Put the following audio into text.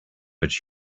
but